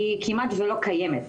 היא כמעט ולא קיימת.